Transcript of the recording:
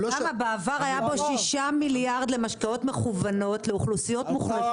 בעבר היו בו 6 מיליארד למשכנתאות מכוונות לאוכלוסיות מוחלשות,